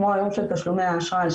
כמו היום של תשלומי האשראי,